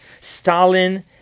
Stalin